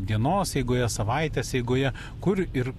dienos eigoje savaitės eigoje kur ir